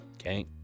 Okay